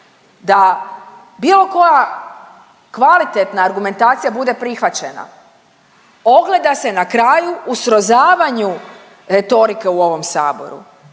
da bilo koja kvalitetna argumentacija bude prihvaćena, ogleda se na kraju u srozavanju retorike u ovom Saboru.